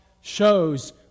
shows